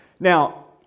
Now